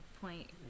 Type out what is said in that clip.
point